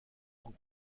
sont